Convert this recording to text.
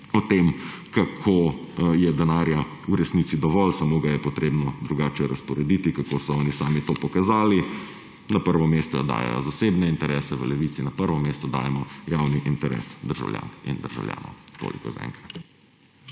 o tem, kako je denarja v resnici dovolj, samo treba ga je drugače razporediti. Kako so oni sami to pokazali? Na prvo mesto dajejo zasebne interese, v Levici na prvo mesto dajemo javni interes državljank in državljanov. Toliko zaenkrat.